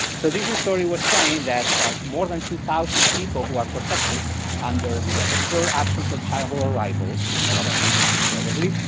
so this story was saying that more than two thousand people who are protected under the deferred action for childhood arrivals, you know about this plan probably,